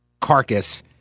carcass